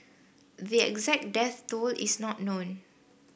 the exact death toll is not known